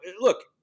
look